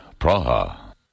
Praha